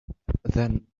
then